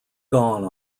gone